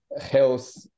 health